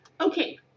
okay